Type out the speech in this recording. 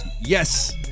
Yes